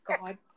God